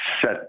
set